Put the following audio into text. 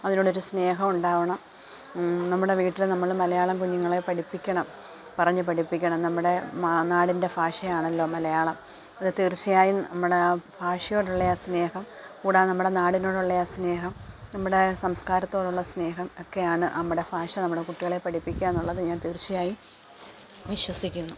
അതിനോടൊരു സ്നേഹം ഉണ്ടാവണം നമ്മുടെ വീട്ടിൽ നമ്മൾ മലയാളം കുഞ്ഞുങ്ങളെ പഠിപ്പിക്കണം പറഞ്ഞു പഠിപ്പിക്കണം നമ്മുടെ മാ നാടിന്റെ ഭാഷയാണല്ലോ മലയാളം അത് തീര്ച്ചയായും നമ്മുടെ ആ ഭാഷയോടുള്ള ആ സ്നേഹം കൂടാതെ നമ്മുടെ നാടിനോടുള്ള ആ സ്നേഹം നമ്മുടെ സംസ്കാരത്തോടുള്ള സ്നേഹം ഒക്കെയാണ് നമ്മുടെ ഭാഷ നമ്മുടെ കുട്ടികളെ പഠിപ്പിക്കുക എന്നുള്ളത് ഞാന് തീര്ച്ചയായും വിശ്വസിക്കുന്നു